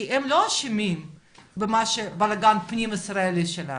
כי הם לא אשמים בבלגן הפנים ישראלי שלנו.